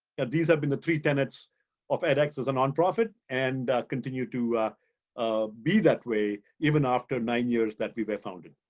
and these have been the three tenets of edx as a nonprofit, and continue to ah be that way, even after nine years that we were founded.